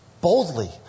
Boldly